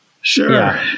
Sure